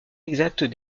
exactes